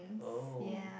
oh